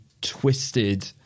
twisted